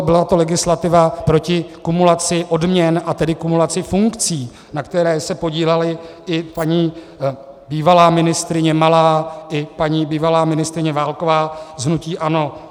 Byla to legislativa proti kumulaci odměn, a tedy kumulaci funkcí, na které se podílely i paní bývalá ministryně Malá i paní bývalá ministryně Válková z hnutí ANO.